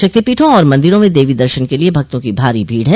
शक्तिपीठों और मंदिरों में देवी दर्शन के लिए भक्तों की भारी भीड़ है